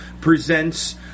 Presents